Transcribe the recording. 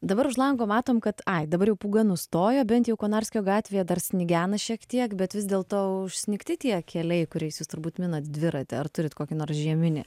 dabar už lango matom kad ai dabar jau pūga nustojo bent jau konarskio gatvėje dar snigena šiek tiek bet vis dėlto užsnigti tie keliai kuriais jūs turbūt minat dviratį ar turit kokį nors žieminį